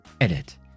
edit